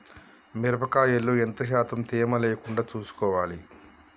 మిరప కాయల్లో ఎంత శాతం తేమ లేకుండా చూసుకోవాలి?